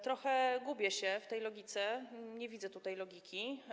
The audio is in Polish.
Trochę gubię się w tej logice, nie widzę tutaj logiki.